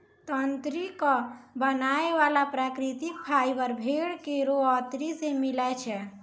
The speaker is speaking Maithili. तंत्री क बनाय वाला प्राकृतिक फाइबर भेड़ केरो अतरी सें मिलै छै